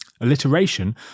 Alliteration